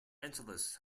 angeles